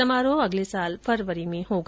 समारोह अगले साल फरवरी में होगा